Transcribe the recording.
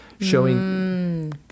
showing